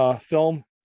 film